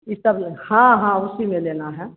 ई सब लेना है हाँ हाँ उसी में लेना है